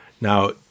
Now